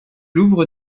ouvre